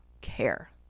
care